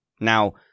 Now